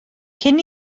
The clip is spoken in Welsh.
cyn